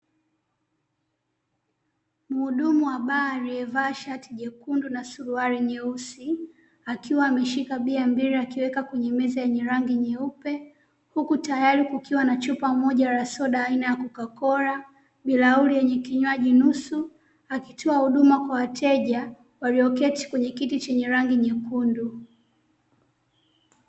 Mhudumu wa baa aliyevaa shati jekundu na suruali nyeusi, akiwa ameshika bia mbili akiweka kwenye meza yenye rangi nyeupe huku tayari kukiwa na chupa moja la soda aina ya cocacola, bilauri yenye kinywaji nusu, akitoa huduma kwa wateja walioketi kwenye kiti chenye rangi nyekundu.